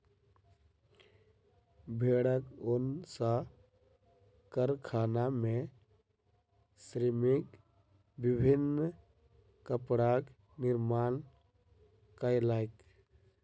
भेड़क ऊन सॅ कारखाना में श्रमिक विभिन्न कपड़ाक निर्माण कयलक